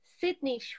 Sydney